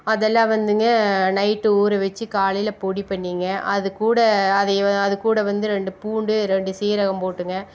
அதெல்லாம் வந்துங்க நைட்டு ஊற வச்சு காலையில் பொடி பண்ணிங்க அதுகூட அதே அதுகூட வந்து ரெண்டு பூண்டு ரெண்டு சீரகம் போட்டுங்க